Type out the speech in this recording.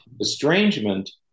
Estrangement